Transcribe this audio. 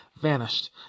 vanished